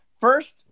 first